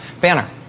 banner